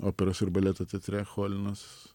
operos ir baleto teatre cholinos